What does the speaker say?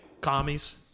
commies –